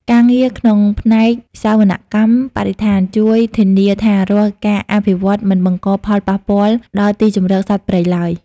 ការងារក្នុងផ្នែកសវនកម្មបរិស្ថាន ជួយធានាថារាល់ការអភិវឌ្ឍន៍មិនបង្កផលប៉ះពាល់ដល់ទីជម្រកសត្វព្រៃឡើយ។